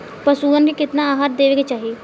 पशुअन के केतना आहार देवे के चाही?